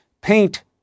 paint